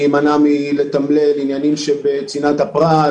להימנע מלתמלל עניינים שבצנעת הפרט,